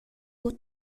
buca